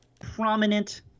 prominent